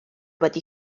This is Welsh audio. wedi